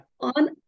on